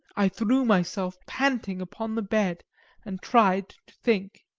i threw myself panting upon the bed and tried to think.